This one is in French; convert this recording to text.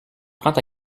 prends